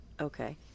Okay